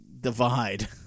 divide